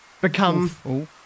become